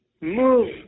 move